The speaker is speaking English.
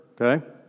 okay